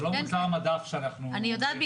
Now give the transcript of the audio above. הם לא מוצר מדף שאנחנו --- אני יודעת,